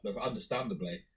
understandably